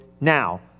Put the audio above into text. now